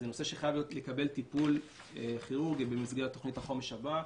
זה נושא שחייב לקבל טיפול כירורגי במסגרת תוכנית החומש הבאה,